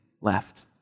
left